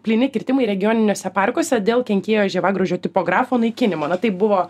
plyni kirtimai regioniniuose parkuose dėl kenkėjo žievėgraužio tipografo naikinimo na tai buvo